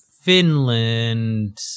Finland